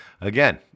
again